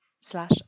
slash